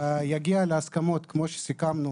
יגיע להסכמות כמו שסיכמנו